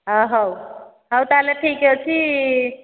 ହଉ ହଉ ତାହେଲେ ଠିକ୍ ଅଛି